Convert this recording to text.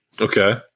Okay